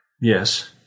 Yes